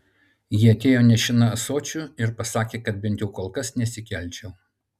ji atėjo nešina ąsočiu ir pasakė kad bent jau kol kas nesikelčiau